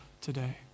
today